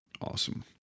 Awesome